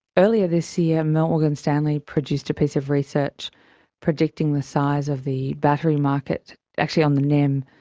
earlier this year, morgan stanley produced a piece of research predicting the size of the battery market actually on the nem,